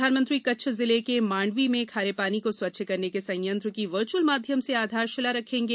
प्रधानमंत्री कच्छ जिले के मांडवी में खारे पानी को स्वच्छ करने के संयंत्र की वर्चुअल माध्यम से आधारशिला रखेंगे